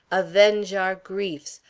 avenge our griefs,